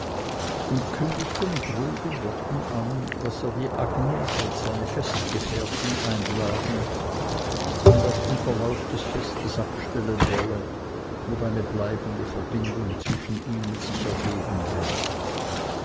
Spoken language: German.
und kündigte mit ruhigen worten an daß er die agnes als seine festgefährtin einladen und auf den verlauf des festes abstellen wolle ob eine bleibende verbindung zwischen ihnen sich ergeben werde